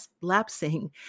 lapsing